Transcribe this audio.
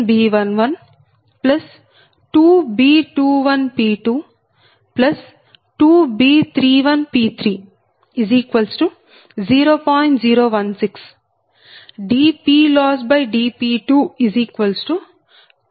1252 dPLossdP32P3B332B13P12B23P20